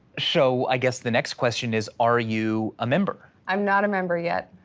so i guess the next question is, are you a member? i'm not a member yet,